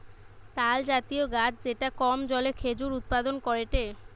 তালজাতীয় গাছ যেটা কম জলে খেজুর উৎপাদন করেটে